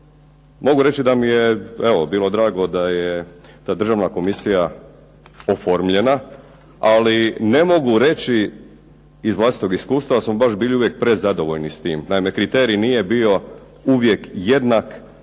Mogu reći da mi je evo bilo drago da državna komisija oformljena ali ne mogu reći iz vlastitog iskustva da smo baš bili uvijek prezadovoljni s time. Naime, kriterij nije bio uvijek jednak